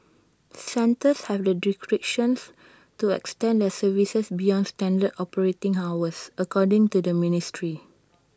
centres have the discretion to extend their services beyond standard operating hours according to the ministry